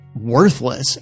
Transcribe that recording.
worthless